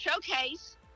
showcase